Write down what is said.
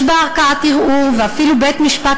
יש בה ערכאת ערעור ואפילו בית-משפט